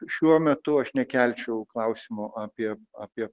šiuo metu aš nekelčiau klausimo apie apie